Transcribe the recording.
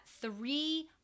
three